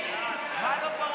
איזו ממשלה?